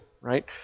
right